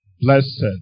Blessed